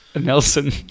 Nelson